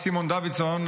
סימון דוידסון,